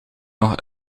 nog